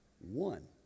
One